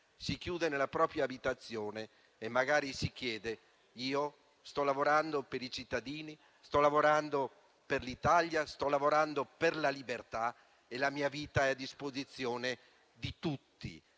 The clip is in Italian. si chiude nella propria abitazione e magari pensa che sta lavorando per i cittadini, sta lavorando per l'Italia, sta lavorando per la libertà e la sua vita è a disposizione di tutti.